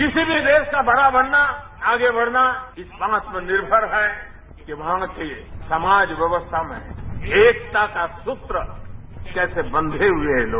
किसी भी देरा का बड़ा बनना आगे बढ़ना इस बात पर निर्मर है कि वहां की समाज व्यवस्था में एकता का सूत्र कैसे बंधे हुए है लोग